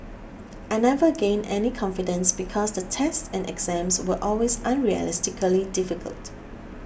I never gained any confidence because the tests and exams were always unrealistically difficult